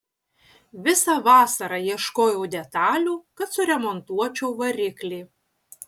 visą vasarą ieškojau detalių kad suremontuočiau variklį